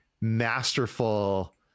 masterful